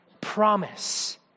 Promise